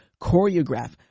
choreograph